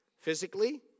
Physically